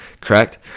correct